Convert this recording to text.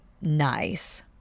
nice